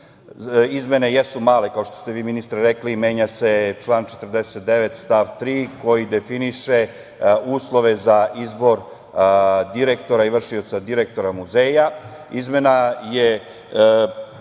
Izmene jesu male, kao što ste, vi ministre, rekli, menja se član 49. stav 3. koji definiše uslove za izbor direktora i vršioca direktora muzeja, izmena je